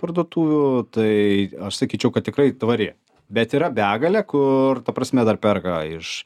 parduotuvių tai aš sakyčiau kad tikrai tvari bet yra begalė kur ta prasme dar perka iš